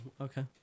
okay